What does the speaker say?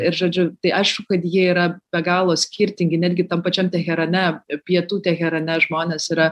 ir žodžiu tai aišku kad jie yra be galo skirtingi netgi tam pačiam teherane pietų teherane žmonės yra